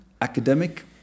academic